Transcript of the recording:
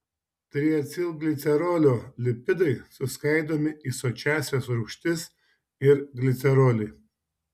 triacilglicerolio lipidai suskaidomi į sočiąsias rūgštis ir glicerolį